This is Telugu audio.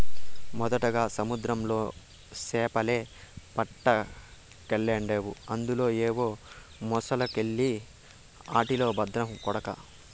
మొదటగా సముద్రంలో సేపలే పట్టకెల్తాండావు అందులో ఏవో మొలసకెల్ని ఆటితో బద్రం కొడకా